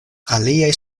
aliaj